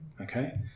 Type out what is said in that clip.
Okay